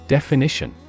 Definition